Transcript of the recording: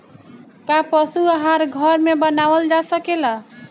का पशु आहार घर में बनावल जा सकेला?